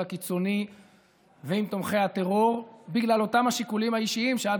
הקיצוני ועם תומכי הטרור בגלל אותם השיקולים האישיים שאת,